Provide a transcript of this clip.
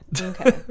Okay